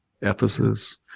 Ephesus